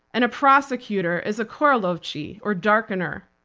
and a prosecutor is a qoraytiruvchi, or darkener.